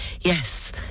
Yes